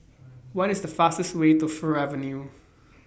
What IS The fastest Way to Fir Avenue